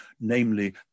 namely